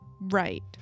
right